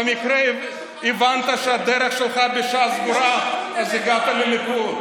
במקרה הבנת שהדרך שלך בש"ס סגורה, אז הגעת לליכוד.